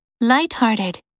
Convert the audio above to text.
Lighthearted